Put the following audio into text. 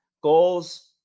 goals